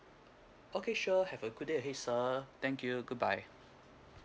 okay sure have a good day ahead sir thank you goodbye